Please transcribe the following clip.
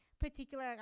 particular